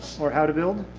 or how to build?